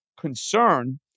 concern